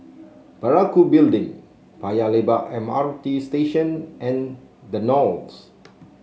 Parakou Building Paya Lebar M R T Station and The Knolls